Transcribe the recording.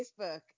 Facebook